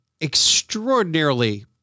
extraordinarily